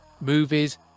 movies